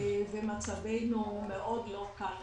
ומצבנו מאוד לא קל.